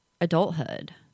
adulthood